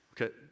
Okay